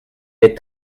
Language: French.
est